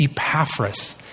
Epaphras